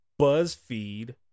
BuzzFeed